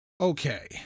Okay